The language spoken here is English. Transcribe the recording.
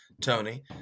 Tony